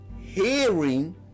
Hearing